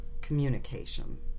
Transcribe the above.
communication